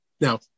Now